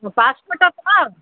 passport ତ